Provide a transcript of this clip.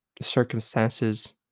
circumstances